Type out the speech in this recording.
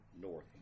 north